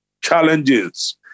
challenges